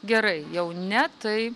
gerai jau ne tai